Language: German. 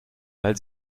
weil